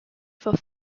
for